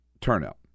turnout